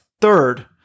third